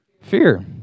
Fear